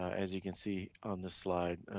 as you can see on the slide,